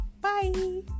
Bye